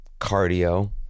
cardio